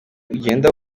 ugenda